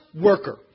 worker